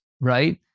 Right